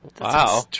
Wow